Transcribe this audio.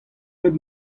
pep